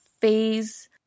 phase